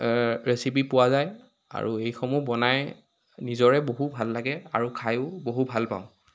recipe পোৱা যায় আৰু এইসমূহ বনাই নিজৰে বহু ভাল লাগে আৰু খায়ো বহু ভাল পাওঁ